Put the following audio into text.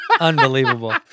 Unbelievable